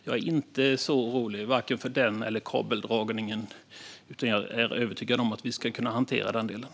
Jag är inte så orolig för vare sig detta eller kabeldragningen, utan jag är övertygad om att vi ska kunna hantera de delarna.